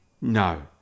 no